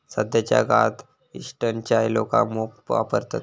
सध्याच्या काळात इंस्टंट चाय लोका मोप वापरतत